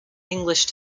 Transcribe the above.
english